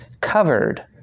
covered